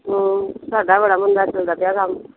ਸਾਡਾ ਬੜਾ ਮੰਦਾ ਚੱਲਦਾ ਪਿਆ